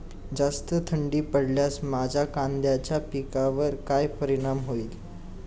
जास्त थंडी पडल्यास माझ्या कांद्याच्या पिकावर काय परिणाम होईल?